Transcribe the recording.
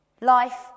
Life